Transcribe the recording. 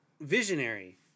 Visionary